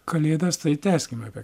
kalėdas tai tęskim apie